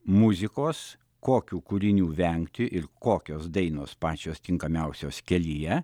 muzikos kokių kūrinių vengti ir kokios dainos pačios tinkamiausios kelyje